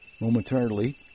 momentarily